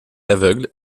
aveugle